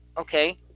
Okay